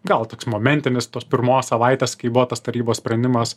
gal toks momentinis tos pirmos savaitės kai buvo tas tarybos sprendimas